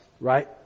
right